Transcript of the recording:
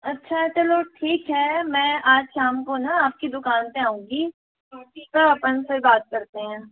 अच्छा चलो ठीक है मैं आज शाम को ना आप की दुकान पे आउँगी तो अपन फिर बात करते हैं